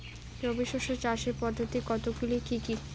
রবি শস্য চাষের পদ্ধতি কতগুলি কি কি?